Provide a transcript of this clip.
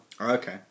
okay